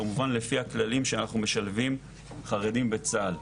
כמובן לפי הכללים שאנחנו משלבים חרדים בצה"ל.